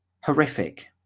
Horrific